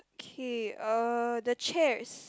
okay uh the chairs